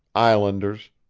islanders,